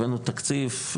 הבאנו תקציב,